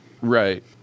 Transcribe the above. Right